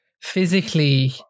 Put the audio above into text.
Physically